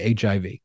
HIV